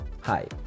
Hi